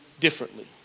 differently